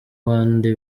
bandi